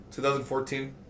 2014